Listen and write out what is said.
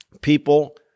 People